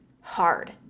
hard